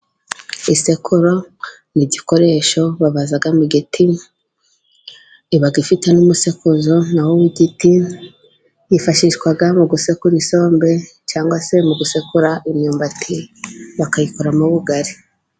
Isekururo ni igikoresho babaza mu giti, iba ifite n'umusekuzo nawo w'igiti, wifashishwa mu gusekura isombe cyangwa se mu gusekura imyumbati, bayikoramo ubugari.